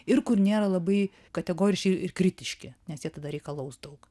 ir kur nėra labai kategoriški ir kritiški nes jie tada reikalaus daug